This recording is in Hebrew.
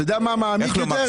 אתה יודע מה מעמיק יותר?